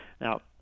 Now